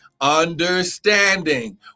Understanding